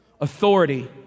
Authority